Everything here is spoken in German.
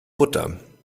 butter